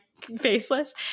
faceless